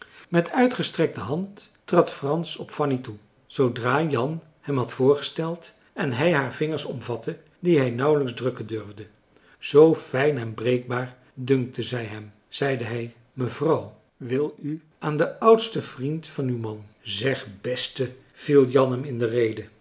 met uitgestrekte hand trad frans op fanny toe zoodra jan hem had voorgesteld en hij haar vingers omvatte die hij nauwelijks drukken durfde zoo fijn en breekbaar dunkten zij hem zeide hij mevrouw wil u aan den oudsten vriend van uw man zeg besten viel jan hem in de rede